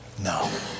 No